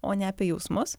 o ne apie jausmus